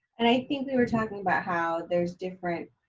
and i think we were talking about how there's different